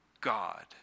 God